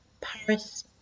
Paris